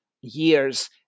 years